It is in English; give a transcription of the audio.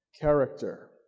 Character